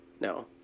No